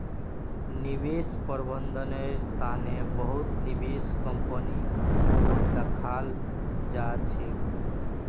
निवेश प्रबन्धनेर तने बहुत निवेश कम्पनीको दखाल जा छेक